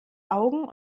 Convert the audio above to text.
augen